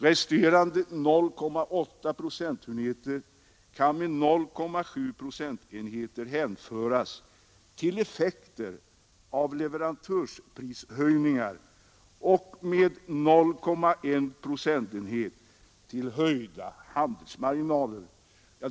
Resterande 0,8 procentenheter kan med 0,7 procentenheter hänföras till effekter av leverantörsprishöjningar och med 0,1 procentenhet till höjda handelsmarginaler.